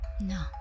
no